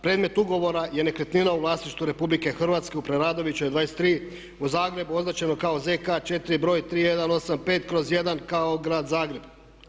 Predmet ugovora je nekretnina u vlasništvu RH u Preradovićevoj 23 u Zagrebu, označeno kao zk 4. br. 3185/1 kao grad Zagreb.